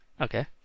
Okay